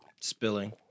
Spilling